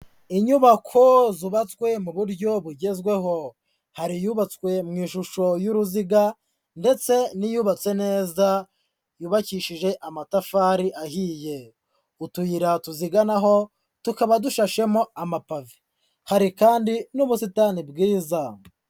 Inyubako zubatswe mu buryo bugezweho, hari iyubatswe mu ishusho y'uruziga ndetse n'iyubatse neza yubakishije amatafari ahiye, utuyira tuziganaho tukaba dufashemo amapave, hari kandi n'ubusitani bwiza.